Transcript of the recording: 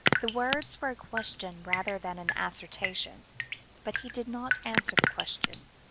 the words were a question rather than an assertion, but he did not answer the question.